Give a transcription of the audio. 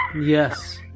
yes